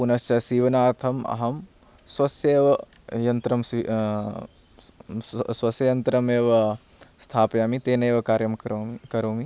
पुनश्च सीवनार्थम् अहं स्वस्यैव यन्त्रं स्वस्ययन्त्रमेव स्थापयामि तेनैव कार्यं करोमि